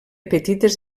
petites